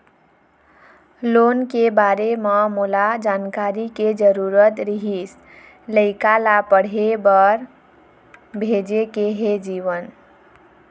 loan के बारे म मोला जानकारी के जरूरत रीहिस, लइका ला पढ़े बार भेजे के हे जीवन